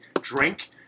drink